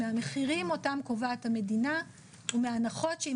מהמחירים אותם קובעת המדינה ומההנחות שהיא